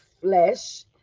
flesh